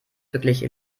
wirklich